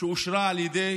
שאושרה על ידי